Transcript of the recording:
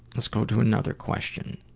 let's go to another question.